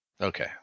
okay